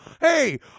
Hey